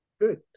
Good